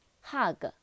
Hug